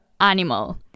animal